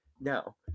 Now